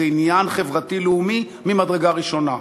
זה עניין חברתי לאומי ממדרגה ראשונה.